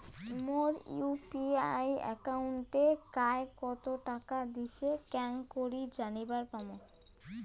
মোর UPI একাউন্টে কায় কতো টাকা দিসে কেমন করে জানিবার পামু?